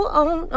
on